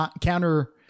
counter